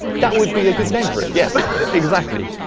that would be a good name for it, yes. exactly.